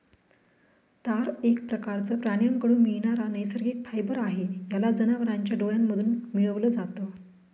तार एक प्रकारचं प्राण्यांकडून मिळणारा नैसर्गिक फायबर आहे, याला जनावरांच्या डोळ्यांमधून मिळवल जात